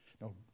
No